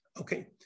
Okay